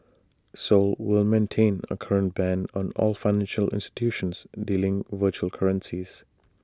Seoul will maintain A current ban on all financial institutions dealing virtual currencies